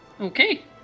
Okay